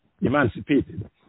emancipated